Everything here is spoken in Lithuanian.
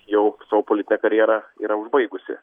jau savo politinę karjerą yra užbaigusi